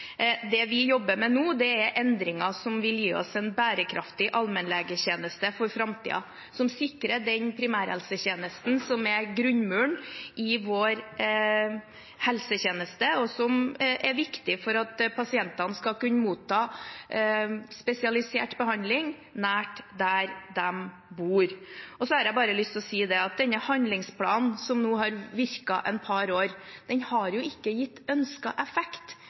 Det vi jobber med nå, er endringer som vil gi oss en bærekraftig allmennlegetjeneste for framtiden, som sikrer den primærhelsetjenesten som er grunnmuren i vår helsetjeneste, og som er viktig for at pasientene skal kunne motta spesialisert behandling nær der de bor. Så har jeg lyst til å si at denne handlingsplanen som nå har virket et par år, har jo ikke gitt ønsket effekt.